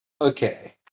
Okay